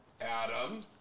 Adam